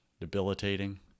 Debilitating